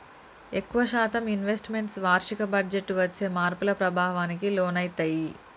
ఎక్కువ శాతం investments వార్షిక బడ్జెట్టు వచ్చే మార్పుల ప్రభావానికి లోనయితయ్యి